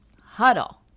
huddle